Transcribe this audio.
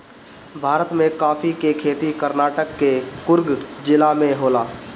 भारत में काफी के खेती कर्नाटक के कुर्ग जिला में होला